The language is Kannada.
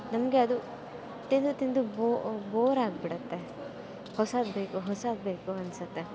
ನಮಗೆ ಅದು ತಿಂದು ತಿಂದು ಬೋರಾಗಿಬಿಡತ್ತೆ ಹೊಸದು ಬೇಕು ಹೊಸದು ಬೇಕು ಅನಿಸುತ್ತೆ